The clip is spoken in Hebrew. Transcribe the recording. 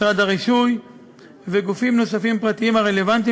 משרד הרישוי וגופים נוספים פרטיים הרלוונטיים